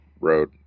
road